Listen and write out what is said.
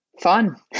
fun